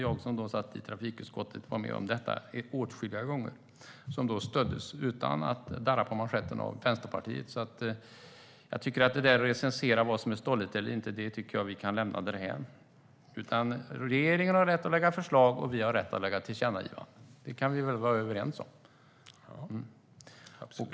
Jag, som satt i trafikutskottet, var med om detta åtskilliga gånger som stöddes av Vänsterpartiet utan att man darrade på manschetten. Att recensera vad som är stolligt och inte tycker jag att vi kan lämna därhän. Regeringen har rätt att lägga fram förslag, och vi har rätt att föreslå tillkännagivanden; det kan vi väl vara överens om.